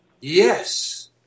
Yes